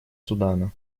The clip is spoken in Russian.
судана